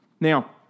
Now